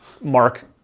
mark